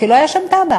כי לא הייתה שם תב"ע,